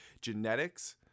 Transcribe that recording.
genetics